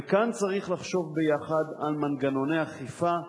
וכאן צריך לחשוב יחד על מנגנוני האכיפה,